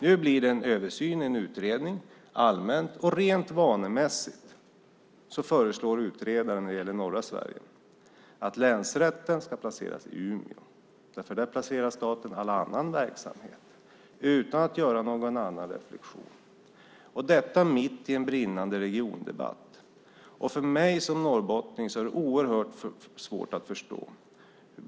Nu blir det en översyn och en utredning. Allmänt och rent vanemässigt föreslår utredaren vad gäller norra Sverige att länsrätten ska placeras i Umeå, för där placerar staten all annan verksamhet, utan att göra någon annan reflexion, detta mitt i en brinnande regiondebatt. För mig som norrbottning är det oerhört svårt att förstå.